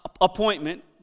appointment